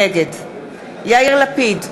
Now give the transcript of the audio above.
נגד יאיר לפיד,